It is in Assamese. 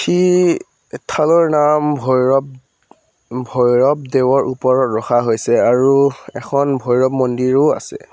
সি থালৰ নাম ভৈৰৱ ভৈৰৱ দেৱৰ ওপৰত ৰখা হৈছে আৰু এখন ভৈৰৱ মন্দিৰো আছে